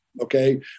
okay